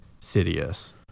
Sidious